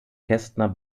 kästner